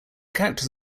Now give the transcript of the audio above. characters